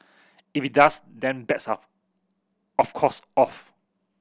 if it does then bets up of course off